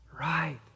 right